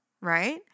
right